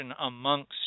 amongst